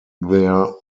there